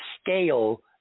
scale